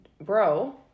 Bro